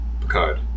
Picard